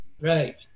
right